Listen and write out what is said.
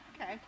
okay